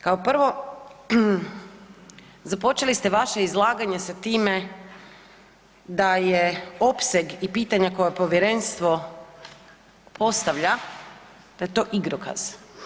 Kao prvo, započeli ste vaše izlaganje sa time da je opseg i pitanja koje povjerenstvo postavlja da je to igrokaz.